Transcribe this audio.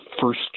First